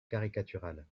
caricatural